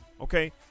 Okay